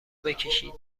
بکشید